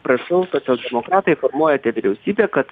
prašau socialdemokratai formuojate vyriausybę kad